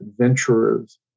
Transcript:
adventurers